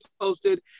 posted